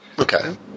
Okay